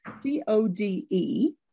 C-O-D-E